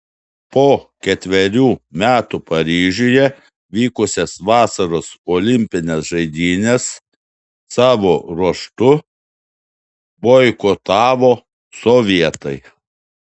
po ketverių metų paryžiuje vykusias vasaros olimpines žaidynes savo ruožtu boikotavo sovietai